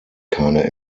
keine